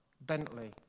Bentley